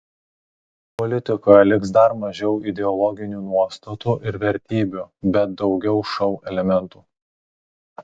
politikoje liks dar mažiau ideologinių nuostatų ir vertybių bet daugiau šou elementų